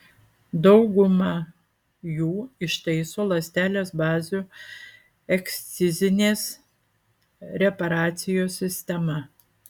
daugumą jų ištaiso ląstelės bazių ekscizinės reparacijos sistema